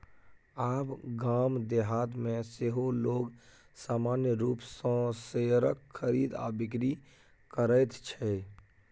आब गाम देहातमे सेहो लोग सामान्य रूपसँ शेयरक खरीद आ बिकरी करैत छै